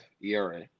ERA